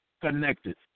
connected